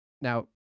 Now